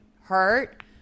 hurt